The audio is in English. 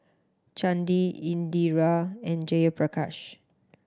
Chandi Indira and Jayaprakash